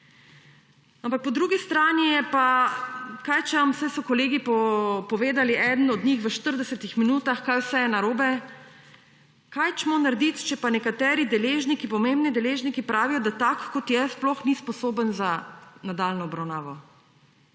Ampak po drugi strani je pa, saj so kolegi povedali, eden od njih v štiridesetih minutah, kaj vse je narobe. Kaj naj naredimo, če pa nekateri deležniki, pomembni deležniki pravijo, da tak, kot je, sploh ni sposoben za nadaljnjo obravnavo?!